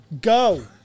Go